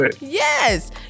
yes